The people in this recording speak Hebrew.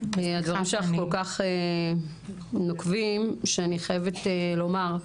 הדברים שלך כל כך נוקבים שאני חייבת לומר,